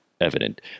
evident